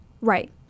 Right